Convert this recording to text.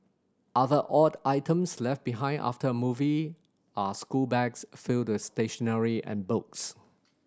other odd items left behind after a movie are school bags filled stationery and boats